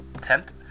tent